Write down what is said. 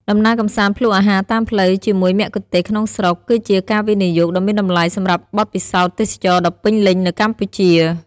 ដំណើរកម្សាន្តភ្លក្សអាហារតាមផ្លូវជាមួយមគ្គុទ្ទេសក៍ក្នុងស្រុក គឺជាការវិនិយោគដ៏មានតម្លៃសម្រាប់បទពិសោធន៍ទេសចរណ៍ដ៏ពេញលេញនៅកម្ពុជា។